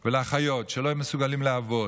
לאחים ולאחיות שלא היו מסוגלים לעבוד,